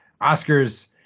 Oscar's